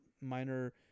Minor